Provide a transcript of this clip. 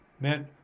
Man